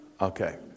Okay